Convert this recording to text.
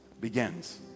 begins